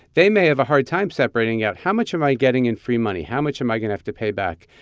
they may have a hard time separating out, how much am i getting in free money? how much am i going to have to pay back?